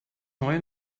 neue